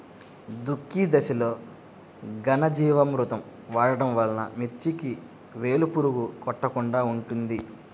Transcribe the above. దుక్కి దశలో ఘనజీవామృతం వాడటం వలన మిర్చికి వేలు పురుగు కొట్టకుండా ఉంటుంది?